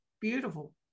beautiful